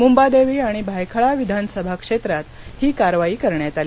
मुंबादेवी आणि भायखळा विधानसभा क्षेत्रात ही कारवाई करण्यात आली